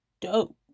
dope